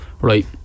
right